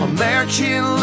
American